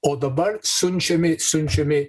o dabar siunčiami siunčiami